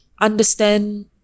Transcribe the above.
Understand